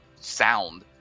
sound